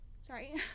Sorry